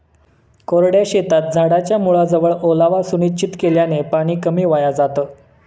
कोरड्या शेतात झाडाच्या मुळाजवळ ओलावा सुनिश्चित केल्याने पाणी कमी वाया जातं